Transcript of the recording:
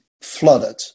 flooded